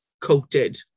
coated